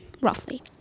roughly